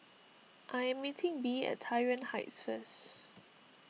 I am meeting Bee at Tai Yuan Heights first